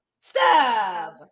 Stab